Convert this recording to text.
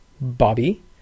Bobby